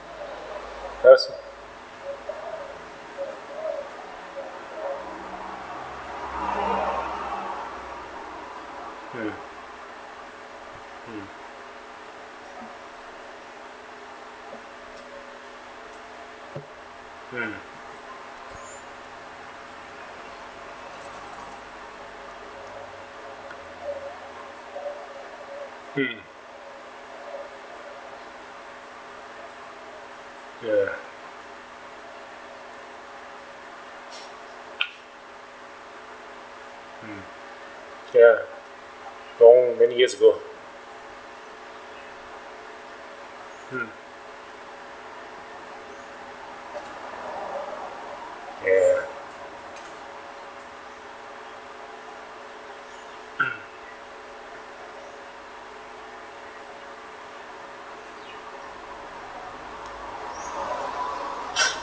us mm mm mm mm ya mm ya long many years ago uh mm ya